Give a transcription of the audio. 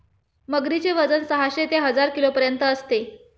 मगरीचे वजन साहशे ते हजार किलोपर्यंत असते